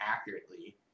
accurately